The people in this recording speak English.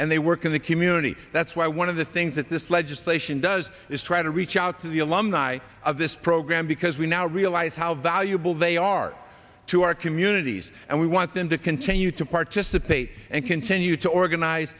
and they work in the community that's why one of the things that this legislation does is try to reach out to the alumni of this program because we now realize how valuable they are to our communities and we want them to continue to participate and continue to organize